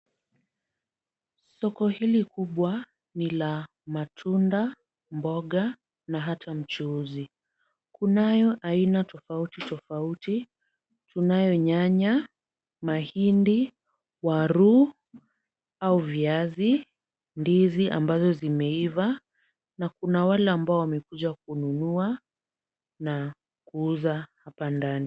Soko hili kubwa ni la matunda, mboga na hata mchuuzi. Kunayo aina tofauti tofauti, kunayo nyanya, mahindi, waru au viazi, ndizi ambazo zimeiva na kuna wale ambao wamekuja kununua na kuuza hapa ndani.